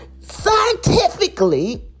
scientifically